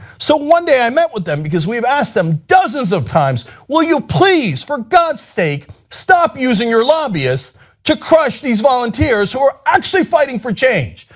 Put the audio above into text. so one day i met with them because we've asked them dozens of times, will you please for god's sake stop using your lobbyists to crush these volunteers who are fighting for change?